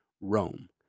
Rome